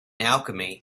alchemy